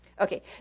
Okay